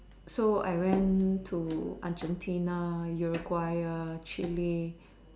so I went to Argentina Uruguay Chile